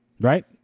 Right